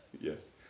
Yes